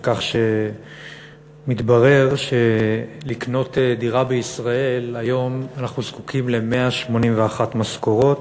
על כך שמתברר שלקנות דירה בישראל היום אנחנו זקוקים ל-181 משכורות.